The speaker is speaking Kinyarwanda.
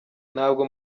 ntabwo